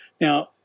Now